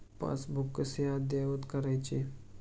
Passbook कसे अद्ययावत करायचे?